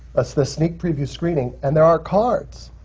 ah the sneak preview screening, and there are cards!